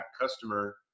customer